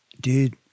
dude